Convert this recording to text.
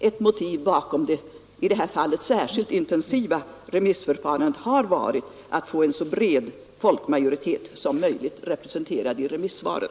Ett motiv bakom det i det här fallet särskilt intensiva remissförfarandet har varit att få en så bred folkmajoritet som möjligt representerad i remissvaren.